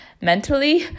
mentally